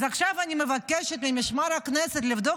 אז עכשיו אני מבקשת ממשמר הכנסת לבדוק